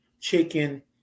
chicken